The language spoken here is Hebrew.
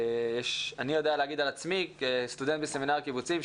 אני יודע להגיד על עצמי כסטודנט בסמינר הקיבוצים,